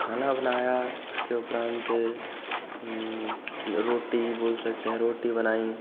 खाना बनाया उसके उपरांत रोटी बोल सकते हैं रोटी बनाई